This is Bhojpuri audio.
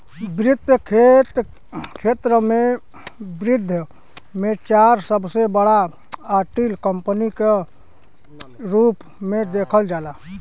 वित्त के क्षेत्र में विश्व में चार सबसे बड़ा ऑडिट कंपनी के रूप में देखल जाला